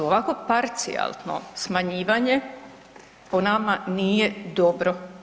Ovako parcijalno smanjivanje po nama nije dobro.